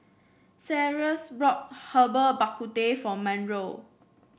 Cyrus brought Herbal Bak Ku Teh for Monroe